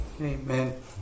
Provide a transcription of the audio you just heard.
Amen